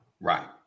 right